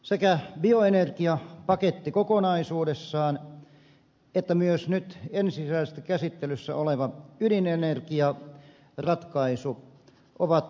sekä bioenergiapaketti kokonaisuudessaan että myös nyt ensisijaisesti käsittelyssä oleva ydinenergiaratkaisu ovat perusteltuja